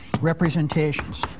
representations